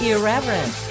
Irreverent